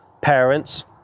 parents